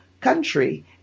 country